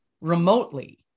remotely